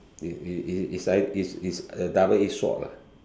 it it it it's either it's it's it's a double edged sword lah